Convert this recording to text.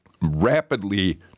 rapidly